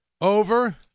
over